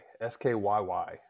s-k-y-y